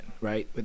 right